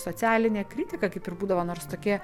socialinė kritika kaip ir būdavo nors tokie